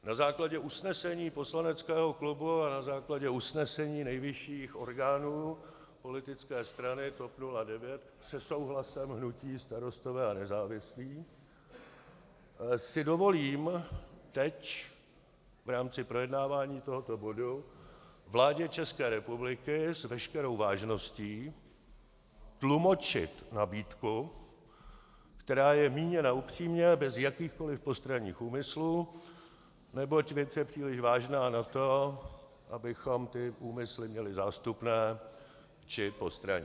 Na základě usnesení poslaneckého klubu a na základě usnesení nejvyšších orgánů politické strany TOP 09 se souhlasem hnutí Starostové a nezávislí si dovolím teď v rámci projednávání tohoto bodu vládě České republiky s veškerou vážností tlumočit nabídku, která je míněna upřímně, bez jakýchkoli postranních úmyslů, neboť věc je příliš vážná na to, abychom úmysly měli zástupné či postranní.